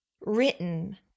written